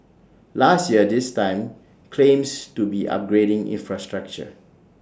last year this time claims to be upgrading infrastructure